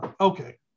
Okay